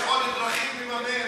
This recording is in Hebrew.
יש עוד דרכים לממן,